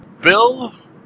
Bill